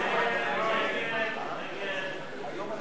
אי-אמון